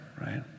right